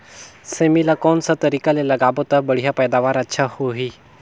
सेमी ला कोन सा तरीका ले लगाबो ता बढ़िया पैदावार अच्छा होही?